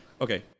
okay